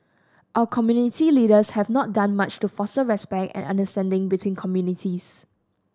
our community leaders have not done much to foster respect and understanding between communities